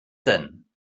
denn